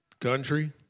country